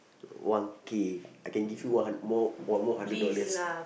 one K I can give you one one more hundred dollars